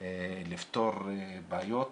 לפתור בעיות